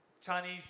Chinese